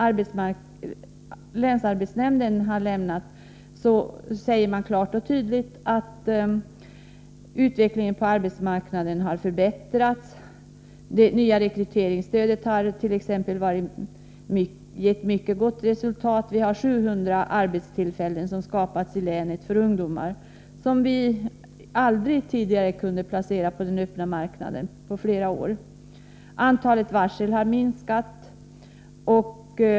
Av länsarbetsnämndens rapport framgår klart och tydligt att utvecklingen nu har förbättrats. Det nya rekryteringsstödet har t.ex. givit ett mycket gott resultat. 700 arbetstillfällen har skapats i länet för ungdomar som under flera år inte har kunnat placeras på den öppna arbetsmarknaden. Antalet varsel har minskat.